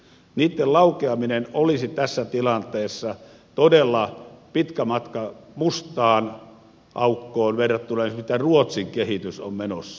niitten laukeaminen olisi tässä tilanteessa todella pitkä matka mustaan aukkoon verrattuna esimerkiksi siihen mihin ruotsin kehitys on menossa